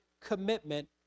commitment